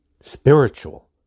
spiritual